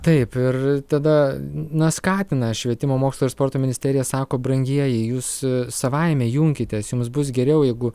taip ir tada na skatina švietimo mokslo ir sporto ministerija sako brangieji jūs savaime junkitės jums bus geriau jeigu